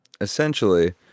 essentially